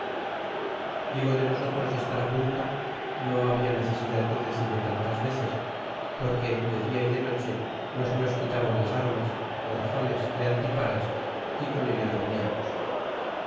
digo de nosotros estar apunto no habla necesidad de decillo tantas veces porque de dia y de noche no se nos quitaban las armas gorjales y antiparas y con ello dormianws